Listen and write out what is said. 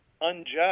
unjust